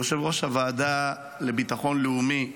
יושב-ראש הוועדה לביטחון לאומי,